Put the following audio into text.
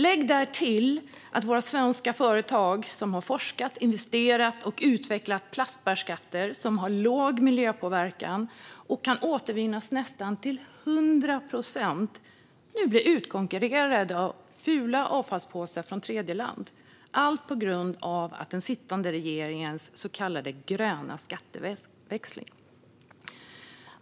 Lägg därtill att våra svenska företag som har forskat, investerat och utvecklat plastbärkassar som har låg miljöpåverkan och kan återvinnas nästan till 100 procent nu blir utkonkurrerade av fula avfallspåsar från företag i tredjeland, allt på grund av den sittande regeringens så kallade gröna skatteväxling.